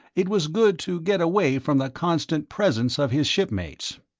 it was good to get away from the constant presence of his shipmates.